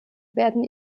werden